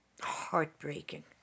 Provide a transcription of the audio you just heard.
heartbreaking